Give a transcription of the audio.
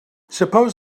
suppose